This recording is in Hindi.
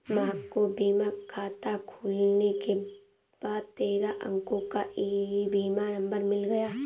महक को बीमा खाता खुलने के बाद तेरह अंको का ई बीमा नंबर मिल गया